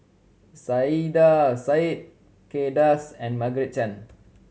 Saiedah Said Kay Das and Margaret Chan